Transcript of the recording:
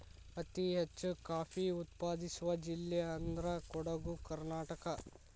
ಅತಿ ಹೆಚ್ಚು ಕಾಫಿ ಉತ್ಪಾದಿಸುವ ಜಿಲ್ಲೆ ಅಂದ್ರ ಕೊಡುಗು ಕರ್ನಾಟಕ